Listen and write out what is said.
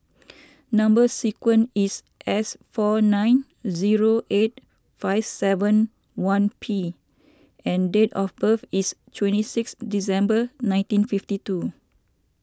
Number Sequence is S four nine zero eight five seven one P and date of birth is twenty six December nineteen fifty two